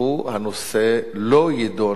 הנושא לא יידון במליאה.